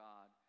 God